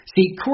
See